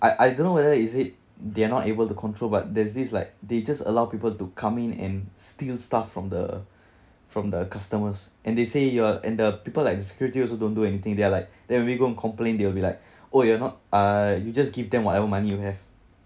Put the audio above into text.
I I don't know whether is it they are not able to control but there's this like they just allow people to come in and steal stuff from the from the customers and they say you're and the people like the security also don't do anything they are like then when we go and complain they will be like oh you're not uh you just give them whatever money you have